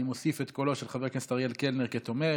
אני מוסיף את קולו של חבר הכנסת אריאל קלנר כתומך.